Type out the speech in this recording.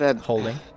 Holding